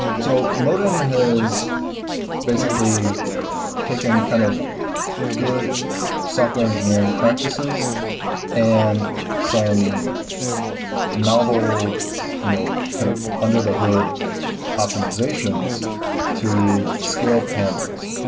so modin has basically taken kind of good software engineering practices and some novel you know kind of under the hood optimizations optimizations to scale pandas.